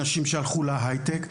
אנשים שהלכו להייטק,